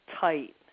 tight